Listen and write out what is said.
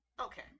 Okay